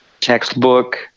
textbook